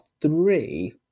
three